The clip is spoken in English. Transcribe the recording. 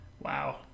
Wow